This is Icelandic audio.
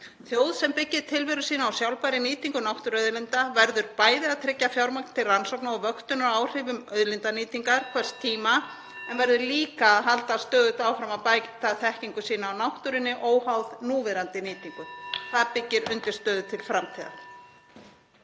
Þjóð sem byggir tilveru sína á sjálfbærri nýtingu náttúruauðlinda verður bæði að tryggja fjármagn til rannsókna og vöktunar á áhrifum auðlindanýtingar hvers tíma (Forseti hringir.) en verður líka að halda stöðugt áfram að bæta þekkingu sína á náttúrunni óháð núverandi nýtingu. Það byggir undirstöðu til framtíðar.